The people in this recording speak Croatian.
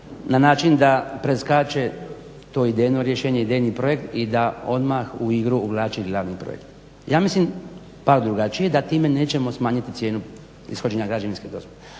na način da preskače to idejno rješenje, idejni projekt i da odmah u igru uvlači glavni projekt. Ja mislim pak drugačije, da time nećemo smanjiti cijenu ishođenja građevinske dozvole.